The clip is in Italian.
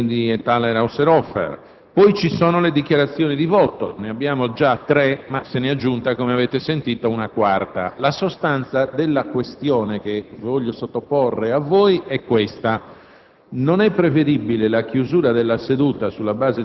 poi dovranno parlare i senatori Questori, Comincioli, Nieddu e Thaler Ausserhofer; poi ci sono le dichiarazioni di voto: ne sono previste già tre, ma se ne è aggiunta - come avete sentito - una quarta. La sostanza della questione che voglio sottoporre a voi è questa: